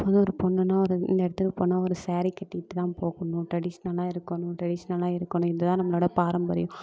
இப்போ வந்து ஒரு பொண்ணுன்னால் ஒரு இந்த இடத்துக்கு போனால் ஒரு ஸாரீ கட்டிகிட்டு தான் போகணும் ட்ரெடிஷ்னல்லாக இருக்கணும் ட்ரெடிஷ்னல்லாக இருக்கணும் இது தான் நம்மளோடய பாரம்பரியம்